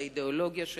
באידיאולוגיה שלה.